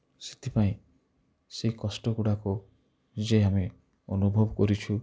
ସେଇଥିପାଇଁ ସେ କଷ୍ଟଗୁଡ଼ାକୁ ଯେ ଆମେ ଅନୁଭବ କରିଛୁ